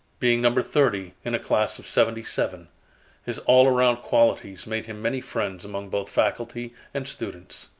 being number thirty in a class of seventy-seven, his all-around qualities made him many friends among both faculty and students.